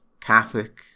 Catholic